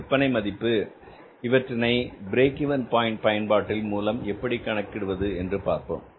விற்பனை மதிப்பு இவற்றினை பிரேக் இவென் பாயின்ட் பயன்பாட்டின் மூலம் எப்படி கணக்கிடுவது என்று பார்ப்போம்